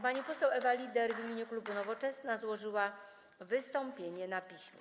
Pani poseł Ewa Lieder w imieniu klubu Nowoczesna złożyła wystąpienie na piśmie.